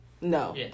No